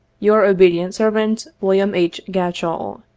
your obedient servant, wm. h. gatchell.